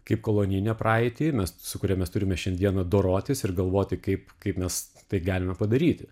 kaip kolonijinę praeitį mes su kuria mes turime šiandieną dorotis ir galvoti kaip kaip mes tai galime padaryti